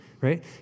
right